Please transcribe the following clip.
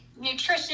nutrition